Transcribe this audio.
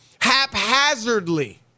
haphazardly